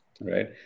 Right